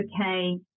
okay